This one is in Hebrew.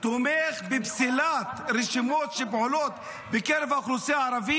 תומך בפסילת רשימות שפועלות בקרב האוכלוסייה הערבית,